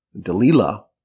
Delilah